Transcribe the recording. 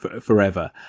forever